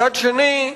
מצד שני,